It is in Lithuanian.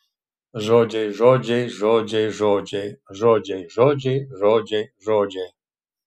žodžiai žodžiai žodžiai žodžiai žodžiai žodžiai žodžiai žodžiai